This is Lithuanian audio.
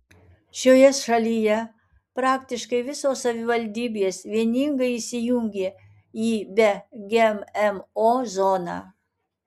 šioje šalyje praktiškai visos savivaldybės vieningai įsijungė į be gmo zoną